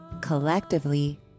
collectively